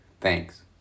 Thanks